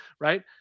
right